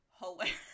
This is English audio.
hilarious